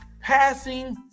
Passing